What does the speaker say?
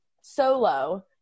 solo